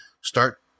start